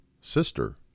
sister